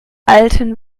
alten